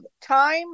Time